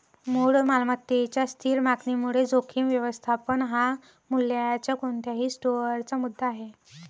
मूळ मालमत्तेच्या स्थिर मागणीमुळे जोखीम व्यवस्थापन हा मूल्याच्या कोणत्याही स्टोअरचा मुद्दा आहे